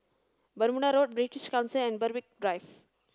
Bermuda Road British Council and Berwick Drive